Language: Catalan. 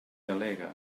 delegue